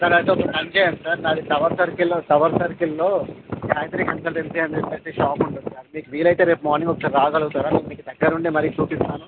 sir అయితే ఒక పని చేయండి సార్ నాది టవర్ సర్కిల్లో టవర్ సర్కిల్లో గాయత్రి కన్సల్టెన్సీ అని పెట్టి షాప్ ఉంటుంది సార్ మీకు వీలైతే రేపు మార్నింగ్ ఒకసారి రాగలుగుతారా మీకు దగ్గరుండి మరీ చూపిస్తాను